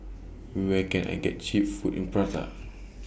Where Can I get Cheap Food in Praia